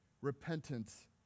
repentance